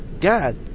God